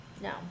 No